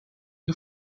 gli